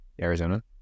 Arizona